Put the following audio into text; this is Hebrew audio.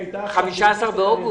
היא הייתה --- על ידי הבורסה.